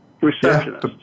Receptionist